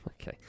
Okay